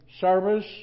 service